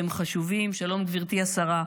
הם חשובים, שלום, גברתי השרה.